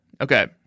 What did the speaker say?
Okay